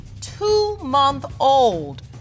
two-month-old